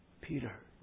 Peter